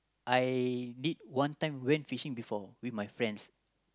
I lit one time went fishing before with my friends